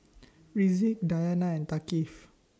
Rizqi Dayana and Thaqif